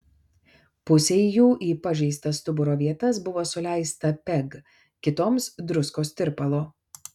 pusei jų į pažeistas stuburo vietas buvo suleista peg kitoms druskos tirpalo